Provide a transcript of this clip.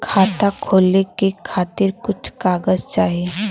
खाता खोले के खातिर कुछ कागज चाही?